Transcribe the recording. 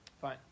Fine